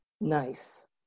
Nice